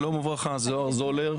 שלום וברכה זוהר זולר,